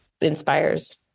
inspires